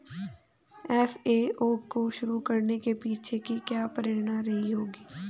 FAO को शुरू करने के पीछे की क्या प्रेरणा रही होगी?